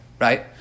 right